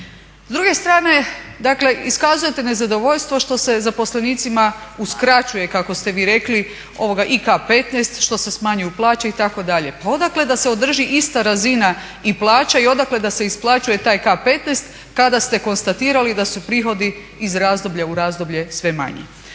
S druge strane dakle iskazujete nezadovoljstvo što se zaposlenicima uskraćuje kako ste vi rekli …, što se smanjuju plaće itd. Pa odakle da se održi ista razina i plaća i odakle da se isplaćuje taj … kada ste konstatirali da su prihodi iz razdoblje u razdoblje sve manji.